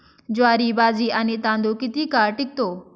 ज्वारी, बाजरी आणि तांदूळ किती काळ टिकतो?